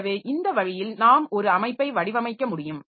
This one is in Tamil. எனவே இந்த வழியில் நாம் ஒரு அமைப்பை வடிவமைக்க முடியும்